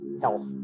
health